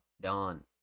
Dawn